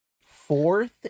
fourth